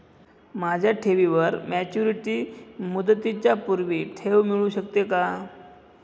माझ्या ठेवीवर मॅच्युरिटी मुदतीच्या पूर्वी ठेव मिळू शकते का?